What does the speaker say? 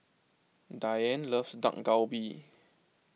Diann loves Dak Galbi